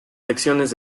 lecciones